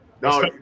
No